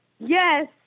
Yes